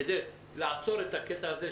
כדי לעצור את הקטע הזה,